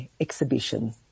exhibition